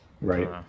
Right